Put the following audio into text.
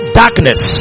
darkness